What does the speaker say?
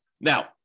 Now